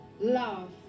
Love